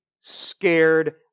scared